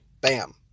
bam